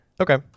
Okay